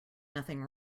nothing